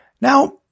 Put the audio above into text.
Now